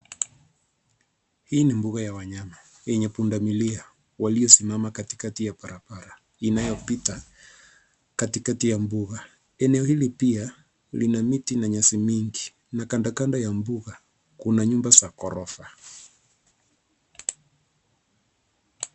Hii ni mbuga ya wanyama yenye pundamilia waliosimama katikati ya barabara inayopita katikati ya mbuga , eneo hili pia lina miti na nyasi mingi na kando kando ya mbuga kuna nyumba za ghorofa.